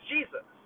Jesus